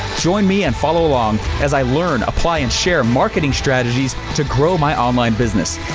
join me and follow along as i learn, apply, and share marketing strategies to grow my online business,